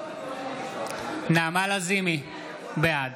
בעד